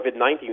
COVID-19